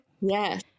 Yes